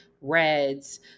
Reds